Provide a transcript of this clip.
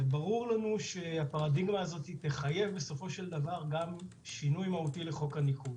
ברור לנו שהפרדיגמה הזו תחייב בסופו של דבר גם שינוי מהותי לחוק הניקוז.